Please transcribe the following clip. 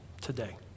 today